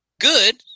good